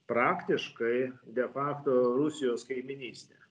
praktiškai de facto rusijos kaimynystę